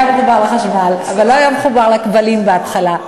היה מחובר לחשמל, אבל לא היה מחובר לכבלים בהתחלה.